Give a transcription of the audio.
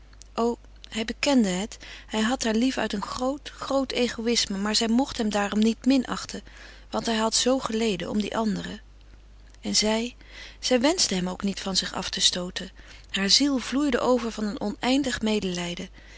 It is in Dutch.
hij bekende het hij had haar lief uit een groot groot egoïsme maar zij mocht hem daarom niet minachten want hij had zoo geleden om die andere en zij zij wenschte hem ook niet van zich te stooten haar ziel vloeide over van een oneindig medelijden